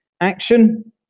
action